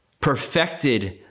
perfected